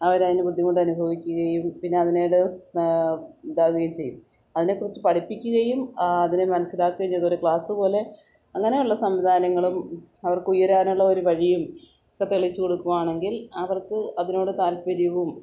അവര് അതിന് ബുദ്ധിമുട്ട് അനുഭവിക്കുകയും പിന്നെ അതിനീട് ഉണ്ടാകുകയും ചെയ്യും അതിനെക്കുറിച്ച് പഠിപ്പിക്കുകയും അതിനെ മനസ്സിലാക്കുകയും ചെയ്ത ഒരു ക്ലാസ്സുപോലെ അങ്ങനെ ഉള്ള സംവിധാനങ്ങളും അവർക്ക് ഉയരാനുള്ള ഒരു വഴിയും ഒക്കെ തെളിച്ചു കൊടുക്കുകയാണെങ്കിൽ അവർക്ക് അതിനോട് താല്പര്യവും